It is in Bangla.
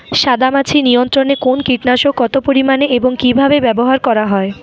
সাদামাছি নিয়ন্ত্রণে কোন কীটনাশক কত পরিমাণে এবং কীভাবে ব্যবহার করা হয়?